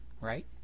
right